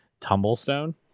Tumblestone